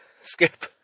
Skip